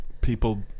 people